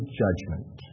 judgment